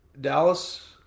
Dallas